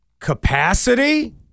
capacity